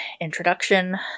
introduction